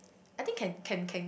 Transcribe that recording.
I think can can can